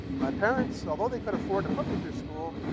my parents, although they could afford to put me through school,